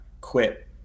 quit